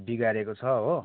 बिगारेको छ हो